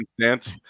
dance